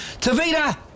Tavita